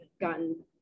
gotten